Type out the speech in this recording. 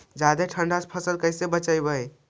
जादे ठंडा से फसल कैसे बचइबै?